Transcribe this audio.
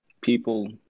people